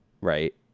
right